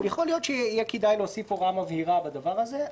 אבל יכול להיות שיהיה כדאי להוסיף הוראה מבהירה בדבר הזה,